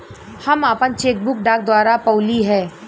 हम आपन cheque book डाक द्वारा पउली है